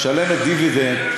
משלמת דיבידנד,